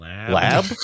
Lab